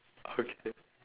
okay